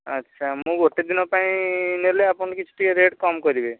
ଆଚ୍ଛା ମୁଁ ଗୋଟେ ଦିନ ପାଇଁ ନେଲେ ଆପଣ କିଛି ଟିକିଏ ରେଟ୍ କମ୍ କରିବେ